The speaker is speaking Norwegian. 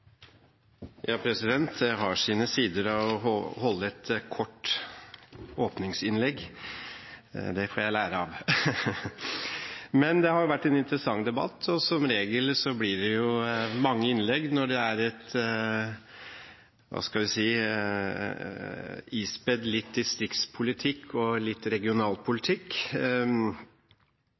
har sine sider å holde et kort åpningsinnlegg. Det får jeg lære av. Det har vært en interessant debatt. Som regel blir det mange innlegg når debatten er ispedd litt distriktspolitikk og litt regionalpolitikk. Representantene Støre og